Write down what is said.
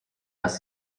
dass